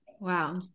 wow